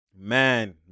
man